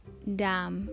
Dam